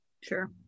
sure